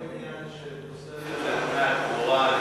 מאיפה העניין של התוספת לדמי הקבורה?